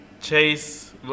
Chase